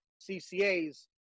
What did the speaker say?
ccas